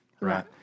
right